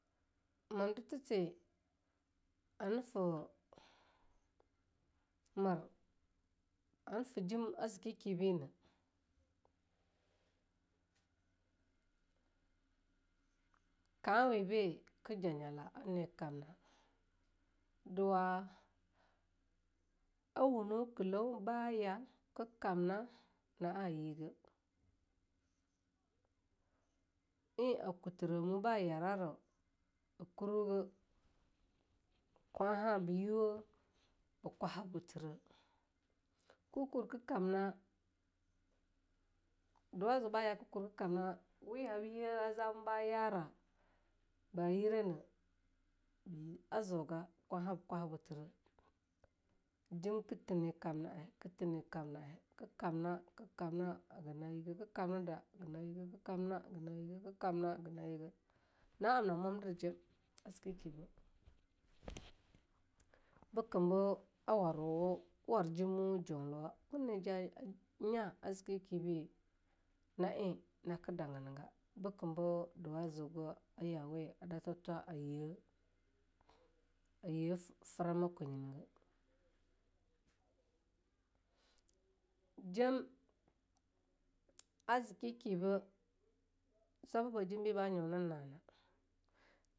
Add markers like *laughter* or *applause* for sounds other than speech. Mom dirti--ti--ha--nifu mir hani fu jim a zikikibina *hesitation* kawuwiba ku ja nyala ana kamna duwa a wunwu klo-ban ya ku kamnina na a yiga lakuturomu ba yarana akurwuga kwaha bu yiwo arbukwa ha butura, ku kur ku kamna duwa zu baya ku kur ku kamna duwi ha zamu baha yarina a zuga kwaha bu kurbu kwaha a butura. Jimku tini kana a kitini kam naa ku kanaku kana haguna yi ga ku kam nida haga na yi ga ki kamna ku kamna haga na yiga na amna a momdir jim a zikiki be *noise* bukumbu war jimwu juluwa, ha--ni jaa jimna aa ina ku dagani ga bukumbu duwa zugin nya na la nye frama a kwoyiniga jam---a ziki kibe---ka yimni maa.